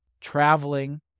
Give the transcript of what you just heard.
traveling